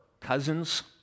cousins